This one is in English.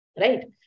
Right